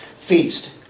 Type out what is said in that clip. feast